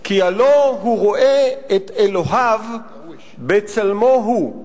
/ כי הלוא הוא רואה את אלוהיו בצלמו הוא /